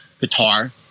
guitar